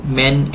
men